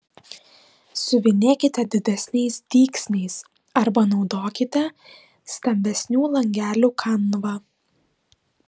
siuvinėkite didesniais dygsniais arba naudokite stambesnių langelių kanvą